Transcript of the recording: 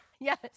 Yes